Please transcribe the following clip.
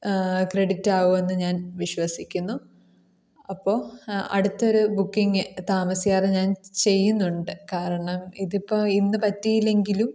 credit ആകും എന്ന് ഞാൻ വിശ്വസിക്കുന്നു അപ്പോൾ അടുത്തൊരു ബുക്കിങ് താമസിയാതെ ഞാൻ ചെയ്യുന്നുണ്ട് കാരണം ഇതിപ്പോൾ ഇന്ന് പറ്റിയില്ലെങ്കിലും